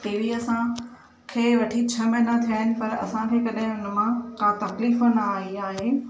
टीवीअ सां खे वठी छह महीना थिया आहिनि पर असांखे कॾहिं उन मां का तकलीफ़ु न आई आहे